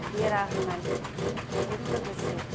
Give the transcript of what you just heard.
बेरा होनाय जों लोगोसे